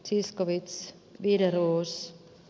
sishkovits wideroos